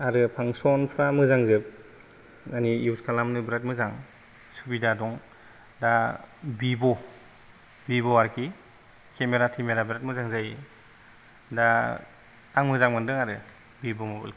आरो फांक्सनफ्रा मोजां जोब माने इउस खालानो बिराद मोजां सुबिधा दं दा भिभ' भिभ' आर्खि केमेरा थेमेरा बिराद मोजां जायो दा आं मोजां मोन्दों आरो भिभ' मबाइलखौ